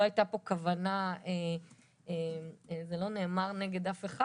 לא הייתה פה כוונה וזה לא נאמר נגד אף אחד,